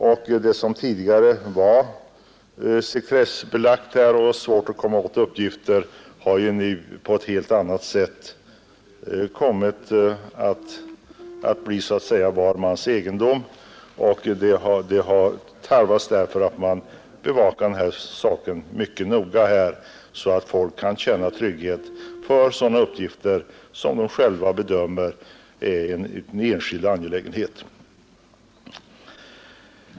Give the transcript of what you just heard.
Uppgifter som tidigare var sekretessbelagda och följaktligen svåra att komma åt för obehöriga har ju kommit att bli så att säga var mans egendom. Det tarvas därför att man bevakar detta problem mycket noga så att folk kan känna trygghet i fråga om sådana uppgifter som de själva bedömer vara en enskild angelägenhet.